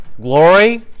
glory